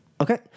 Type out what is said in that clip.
Okay